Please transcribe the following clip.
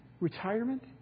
retirement